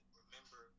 remember